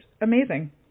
amazing